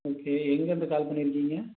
okay எங்கேருந்து call பண்ணிருக்கீங்க